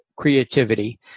Creativity